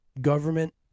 government